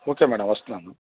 okay madam వస్తున్నాను